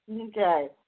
Okay